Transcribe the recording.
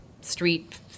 street